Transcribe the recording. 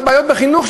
לבעיות בחינוך.